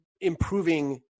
improving